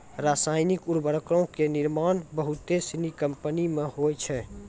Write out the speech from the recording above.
रसायनिक उर्वरको के निर्माण बहुते सिनी कंपनी मे होय छै